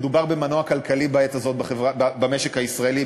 מדובר במנוע כלכלי בעת הזאת במשק הישראלי.